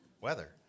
weather